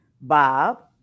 Bob